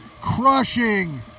crushing